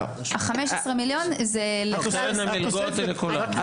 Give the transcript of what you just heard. ה-15 מיליון זה ל -- קרן המלגות היא לכולם.